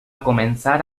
començar